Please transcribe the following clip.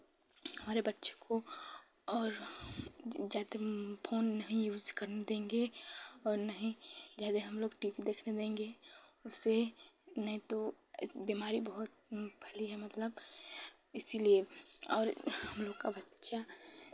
हमारे बच्चे को और ज़्यादे फोन नहीं यूज़ करने देंगे और ना ही ज़्यादे हम लोग टी वी देखने देंगे उससे नहीं तो बीमारी बहुत फैली है मतलब इसीलिए और हम लोग का बच्चा